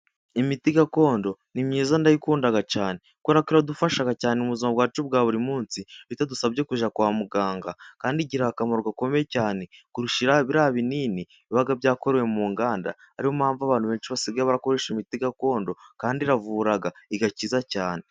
Imiti gakondo ni myiza ndayikunda cyane kubera ko iradufasha cyane mu buzima wacu bwa buri munsi bitadusabye kujya kwa muganga, kandi igira akamaro gakomeye cyane kurusha biriya binini biba byakorewe mu nganda, ariyo mpamvu abantu benshi basigaye bakoresha imiti gakondo kandi iravura igakiza cyane.